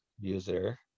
user